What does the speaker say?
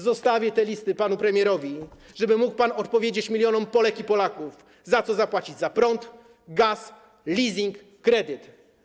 Zostawię te listy panu premierowi, żeby mógł pan odpowiedzieć milionom Polek i Polaków, jak zapłacić za prąd, gaz, leasing, kredyt.